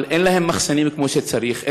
אבל אין להם מחסנים כמו שצריך,